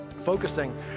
Focusing